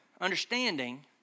understanding